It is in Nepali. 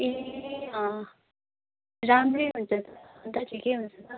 ए राम्रो हुन्छ ठिकै हुन्छ